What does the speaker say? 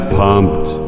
pumped